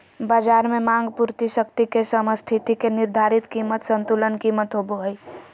बज़ार में मांग पूर्ति शक्ति के समस्थिति से निर्धारित कीमत संतुलन कीमत होबो हइ